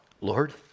Lord